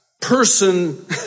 person